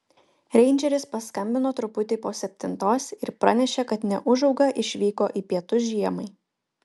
reindžeris paskambino truputį po septintos ir pranešė kad neūžauga išvyko į pietus žiemai